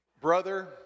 brother